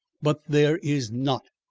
but there is not.